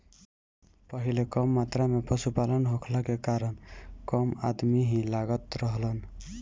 पहिले कम मात्रा में पशुपालन होखला के कारण कम अदमी ही लागत रहलन